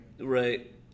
Right